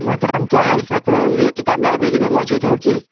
محترم کیا اس وقت یہ کتاب لائبریری میں موجود ہوگی